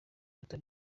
tutari